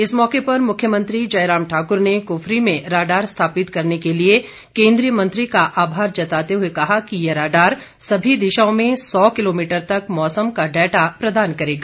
इस मौके पर मुख्यमंत्री जयराम ठाकुर ने कुफरी में राडार स्थापित करने के लिए केन्द्रीय मंत्री का आभार जताते हुए कहा कि ये राडार सभी दिशाओं में सौ किलोमीटर तक मौसम का डाटा प्रदान करेगा